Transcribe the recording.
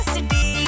City